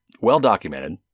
well-documented